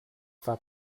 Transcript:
war